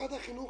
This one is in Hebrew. שמשרד החינוך